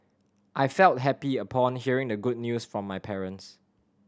I felt happy upon hearing the good news from my parents